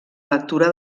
lectura